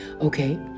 okay